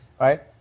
right